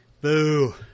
boo